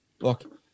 look